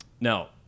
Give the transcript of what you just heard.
Now